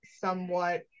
somewhat